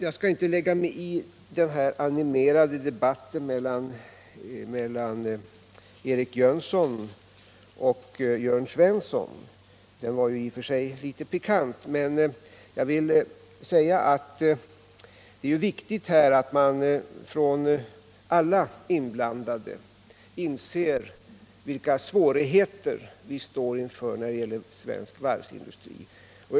Jag skall inte lägga mig i debatten mellan Eric Jönsson och Jörn Svensson - den var i och för sig litet pikant — men jag vill säga att det är viktigt att alla inblandade inser vilka svårigheter vi står inför när det gäller svensk varvsindustri.